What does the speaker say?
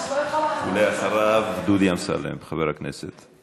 אחריו, חבר הכנסת דוד אמסלם.